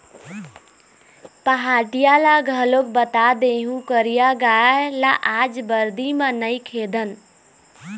पहाटिया ल घलोक बता देहूँ करिया गाय ल आज बरदी म नइ खेदन